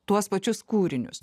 tuos pačius kūrinius